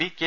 P K